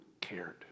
cared